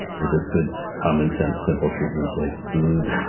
or just good common sense simple treatments like food